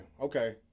Okay